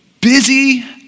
busy